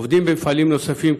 עובדים במפעלים נוספים,